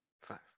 five